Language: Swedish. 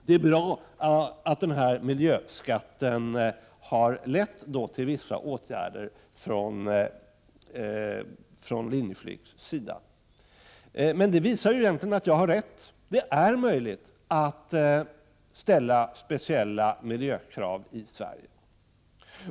Det är bra att den här miljöskatten har lett till att Linjeflyg har vidtagit vissa åtgärder. Det visar egentligen att jag har rätt. Det är möjligt att ställa speciella miljökrav i Sverige.